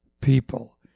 people